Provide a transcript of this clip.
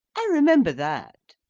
i remember that.